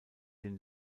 den